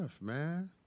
man